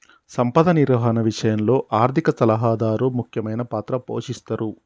సంపద నిర్వహణ విషయంలో ఆర్థిక సలహాదారు ముఖ్యమైన పాత్ర పోషిస్తరు